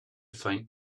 faint